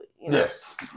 Yes